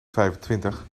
vijfentwintig